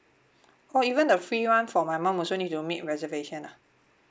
oh even the free one for my mum also need to make reservation ah